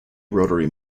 rotary